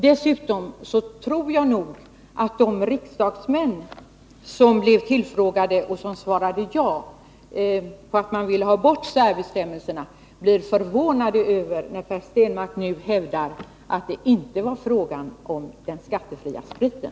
Dessutom tror jag nog att de riksdagsmän som svarade ja på frågan om de ville ha bort särbestämmelserna blir förvånade när Per Stenmarck nu hävdar att det inte var fråga om den skattefria spriten.